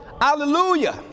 hallelujah